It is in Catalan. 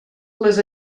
les